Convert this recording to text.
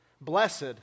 blessed